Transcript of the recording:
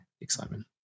excitement